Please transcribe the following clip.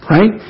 Right